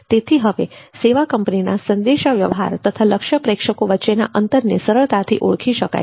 તેથી હવે સેવા કંપનીના સંદેશા વ્યવહાર તથા લક્ષ્ય પ્રેક્ષકો વચ્ચેના અંતરને સરળતાથી ઓળખી શકાય છે